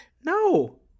No